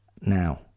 now